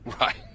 Right